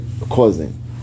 causing